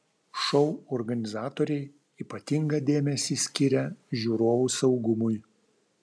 šou organizatoriai ypatingą dėmesį skiria žiūrovų saugumui